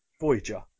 Voyager